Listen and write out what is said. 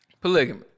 polygamy